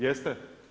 Jeste?